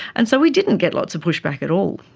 and so we didn't get lots of pushback at all.